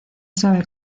sabe